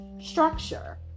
structure